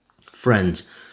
Friends